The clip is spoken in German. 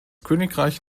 königreich